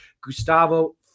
Gustavo